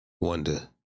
Wonder